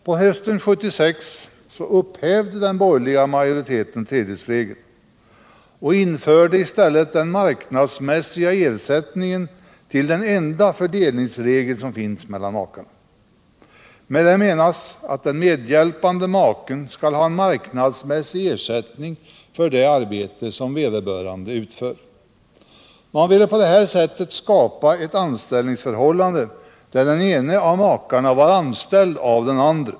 På hösten 1976 upphävde den borgerliga majoriteten tredjedelsregeln och införde i stället den marknadsmässiga ersättningen som den enda fördelningsregeln mellan makarna. Med det menas att den medhjälpande maken skall ha en marknadsmässig ersättning för det arbete som vederbörande utför. Man ville på detta sätt skapa ett anställningsförhållande, där den ene maken var anställd av den andre.